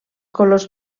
colors